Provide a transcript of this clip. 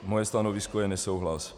Moje stanovisko je nesouhlas.